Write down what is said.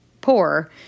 poor